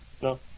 No